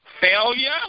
failure